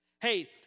Hey